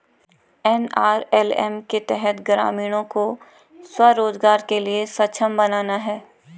NRLM के तहत ग्रामीणों को स्व रोजगार के लिए सक्षम बनाना है